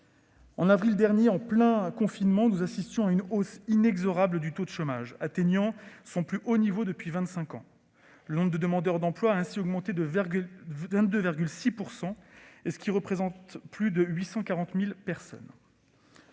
En avril dernier, en plein confinement, nous assistions à une hausse inexorable du taux de chômage, atteignant son plus haut niveau depuis vingt-cinq ans. Le nombre de demandeurs d'emploi a ainsi augmenté de 22,6 %, ce qui représente plus de 840 000 personnes.